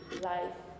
life